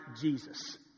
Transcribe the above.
Jesus